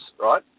right